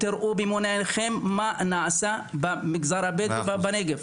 ותראו במו עיניכם מה נעשה במגזר הבדואי בנגב.